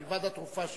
מלבד התרופה,